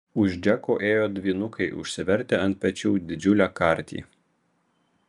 už džeko ėjo dvynukai užsivertę ant pečių didžiulę kartį